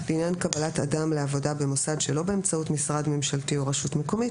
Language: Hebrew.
לעניין קבלת אדם לעבודה במוסד שלא באמצעות משרד ממשלתי או רשות מקומית